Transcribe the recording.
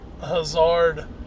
Hazard